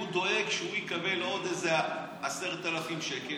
הוא דואג שהוא יקבל עוד איזה 10,000 שקל,